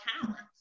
talents